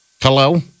hello